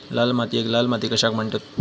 लाल मातीयेक लाल माती कशाक म्हणतत?